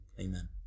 Amen